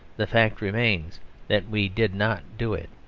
the fact remains that we did not do it.